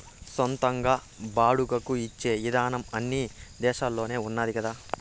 సొంతంగా బాడుగకు ఇచ్చే ఇదానం అన్ని దేశాల్లోనూ ఉన్నాది కదా